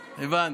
הבנתי.